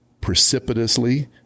precipitously